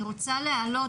אני רוצה לתת